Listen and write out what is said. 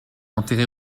enterré